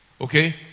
Okay